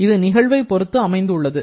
இது நிகழ்வை பொறுத்து அமைந்துள்ளது